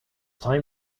time